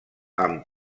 amb